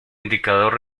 indicador